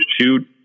shoot